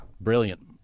Brilliant